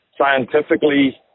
scientifically